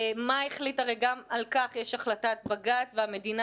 גם על כך יש החלטת בג"ץ והמדינה